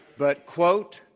but, quote,